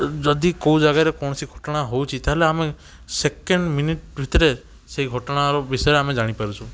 ଯଦି କେଉଁଜାଗାରେ କୌଣସି ଘଟଣା ହେଉଛି ତାହେଲେ ଆମେ ସେକେଣ୍ଡ ମିନିଟ୍ ଭିତରେ ସେଇ ଘଟଣାର ବିଷୟରେ ଆମେ ଜାଣିପାରୁଛୁ